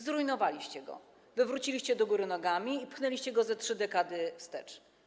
Zrujnowaliście go, wywróciliście do góry nogami i pchnęliście go ze trzy dekady wstecz.